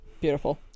Beautiful